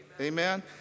Amen